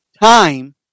time